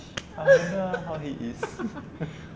I wonder how he is